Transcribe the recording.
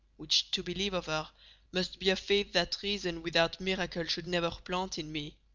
which to believe of her must be a faith that reason without miracle should never plant in me.